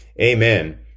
Amen